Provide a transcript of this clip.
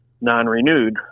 non-renewed